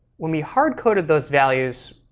when we hardcoded those values,